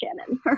Shannon